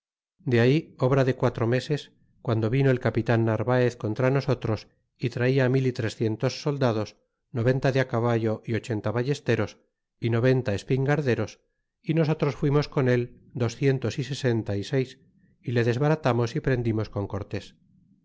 de ahí obra de quatro meses guando vino el capitan narvaez contra nosotros y traia mil y trescientos soldados noventa de caballo y ochenta ballesteros y noventa espingarderos y nosotros fuimos sobre él docientos y sesenta y seis y le desbaratamos y prendimos con cortés